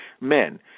Men